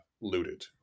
looted